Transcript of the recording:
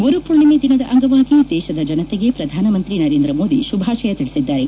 ಗುರು ಪೂರ್ಣಿಮೆ ದಿನದ ಅಂಗವಾಗಿ ದೇಶದ ಜನತೆಗೆ ಶ್ರಧಾನಮಂತ್ರಿ ನರೇಂದ್ರ ಮೋದಿ ಶುಭಾಶಯ ತಿಳಿಸಿದ್ದಾರೆ